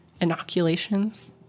inoculations